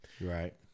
Right